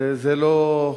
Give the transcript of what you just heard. זה לא,